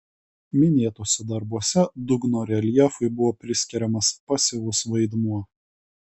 minėtuose darbuose dugno reljefui buvo priskiriamas pasyvus vaidmuo